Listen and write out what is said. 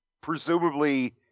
presumably